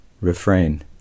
Refrain